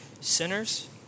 Sinners